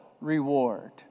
reward